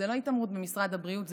זו לא התעמרות במשרד הבריאות,